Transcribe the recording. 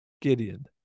Gideon